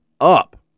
up